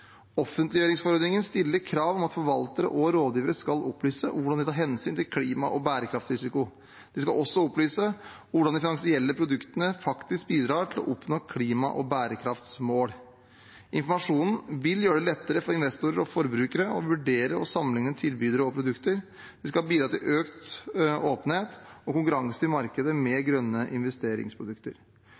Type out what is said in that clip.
Offentliggjøringsforordningen stiller krav om at forvaltere og rådgivere skal opplyse om hvordan de tar hensyn til klima- og bærekraftsrisiko. De skal også opplyse om hvordan de finansielle produktene faktisk bidrar til å oppnå klima- og bærekraftsmål. Informasjonen vil gjøre det lettere for investorer og forbrukere å vurdere og sammenligne tilbydere og produkter, og det skal bidra til økt åpenhet og konkurranse i markedet med grønne investeringsprodukter.